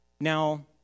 Now